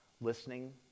listening